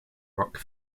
rock